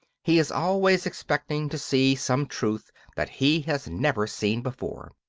he is always expecting to see some truth that he has never seen before.